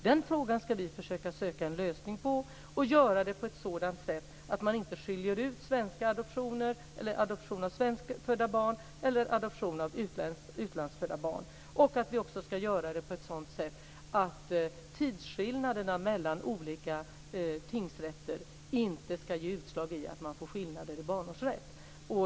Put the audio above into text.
Den frågan ska vi försöka söka en lösning på, på ett sådant sätt att man inte skiljer ut adoptioner av svenskfödda barn eller adoptioner av utlandsfödda barn. Vi ska också göra detta på ett sådant sätt att tidsskillnaderna mellan olika tingsrätter inte ska ge utslag i skillnader när det gäller barnårsrätt.